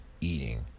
eating